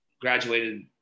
graduated